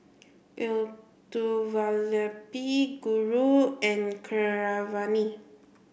Elattuvalapil Guru and Keeravani